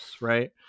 right